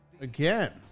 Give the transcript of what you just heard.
again